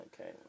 Okay